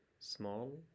small